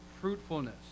fruitfulness